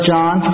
John